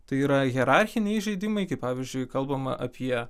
tai yra hierarchiniai įžeidimai kai pavyzdžiui kalbama apie